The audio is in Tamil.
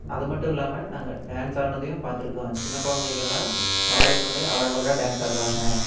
அதுமட்டும் இல்லாமல் நாங்கள் டான்ஸ் ஆடுனதையும் பார்த்துருக்கோம் சின்ன குழந்தைகள்லாம் மழலை குழந்தை அழகழகாக டான்ஸ் ஆடுவாங்கள்